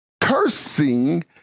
cursing